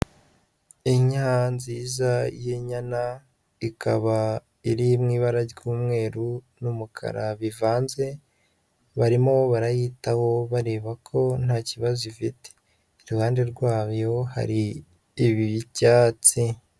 Inka nziza y'inyana ikaba iri mu ibara ry'umweru n'umukara bivanze, barimo barayitaho bareba ko nta kibazo ifite. Iruhande rwayo hari ibyatsi.